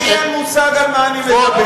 לי אין מושג על מה אני מדבר.